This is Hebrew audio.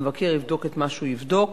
המבקר יבדוק את מה שהוא יבדוק.